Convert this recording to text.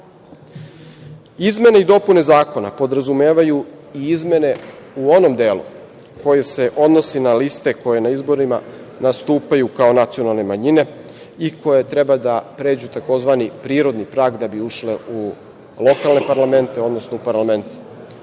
sistem. Izmene i dopune zakona podrazumevaju i izmene u onom delu koji se odnosi na liste koje na izborima nastupaju kao nacionalne manjine i koje treba da pređu tzv. prirodni prag da bi ušle u lokalne parlamente odnosno u parlament